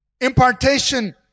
impartation